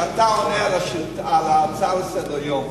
שאתה עונה על ההצעה לסדר-יום,